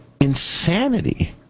insanity